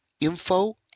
info